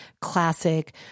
classic